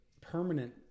permanent